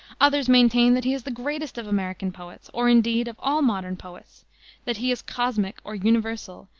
others maintain that he is the greatest of american poets, or, indeed, of all modern poets that he is cosmic, or universal,